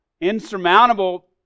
insurmountable